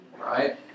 right